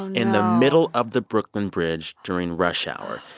in the middle of the brooklyn bridge during rush hour.